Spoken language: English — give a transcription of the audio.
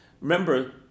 Remember